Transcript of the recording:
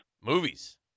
Movies